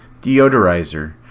deodorizer